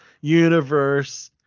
universe